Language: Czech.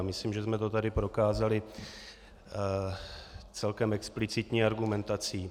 Myslím, že jsem to tady prokázali celkem explicitní argumentací.